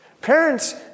Parents